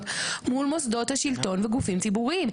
מול מוסדות השלטון וגופים ציבוריים,